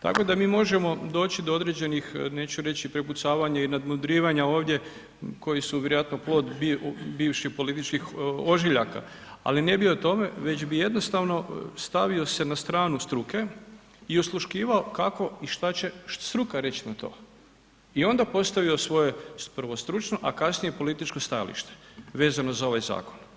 Tako da mi možemo doći do određenih, neću reći prepucavanja i nadmudrivanja ovdje koji su vjerojatno plod bivših političkih ožiljaka, ali ne bi o tome već bi jednostavno stavio se na stranu struke i osluškivao kako i šta će struka reći na to i onda postavio svoje, prvo stručno a kasnije političko stajalište vezano za ovaj zakon.